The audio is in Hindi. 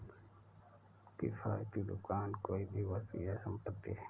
किफ़ायती दुकान कोई भी वस्तु या संपत्ति है